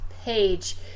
page